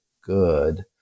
good